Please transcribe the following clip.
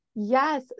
Yes